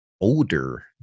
older